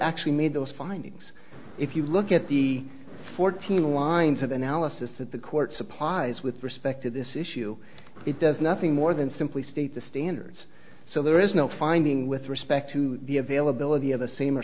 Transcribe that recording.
actually made those findings if you look at the fourteen lines of analysis that the courts applies with respect to this issue it does nothing more than simply state the standards so there is no finding with respect to the availability of a same or